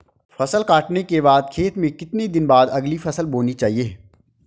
फसल काटने के बाद खेत में कितने दिन बाद अगली फसल बोनी चाहिये?